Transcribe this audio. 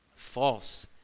False